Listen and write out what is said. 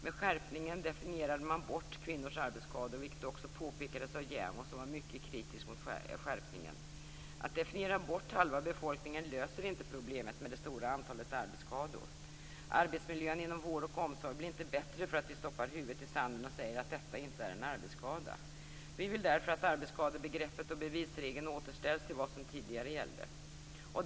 Med skärpningen definierade man bort kvinnors arbetsskador, vilket också påpekades av JämO som var mycket kritisk mot skärpningen. Att definiera bort halva befolkningen löser inte problemet med det stora antalet arbetsskador. Arbetsmiljön inom vård och omsorg blir inte bättre för att vi stoppar huvudet i sanden och säger att detta inte är en arbetsskada. Vi vill därför att arbetsskadebegreppet och bevisregeln återställs till vad som tidigare gällde.